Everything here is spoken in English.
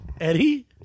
Eddie